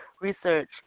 Research